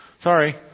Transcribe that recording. Sorry